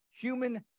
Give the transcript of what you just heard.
human